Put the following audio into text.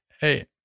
hey